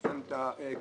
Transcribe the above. יש להם את הכישורים,